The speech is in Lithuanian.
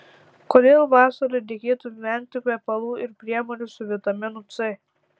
kodėl vasarą reikėtų vengti kvepalų ir priemonių su vitaminu c